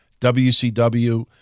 WCW